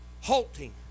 halting